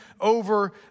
over